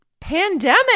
pandemic